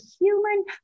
human